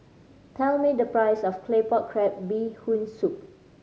tell me the price of Claypot Crab Bee Hoon Soup